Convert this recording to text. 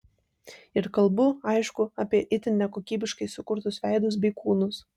ir kalbu aišku apie itin nekokybiškai sukurtus veidus bei kūnus